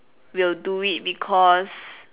will do it because